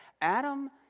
Adam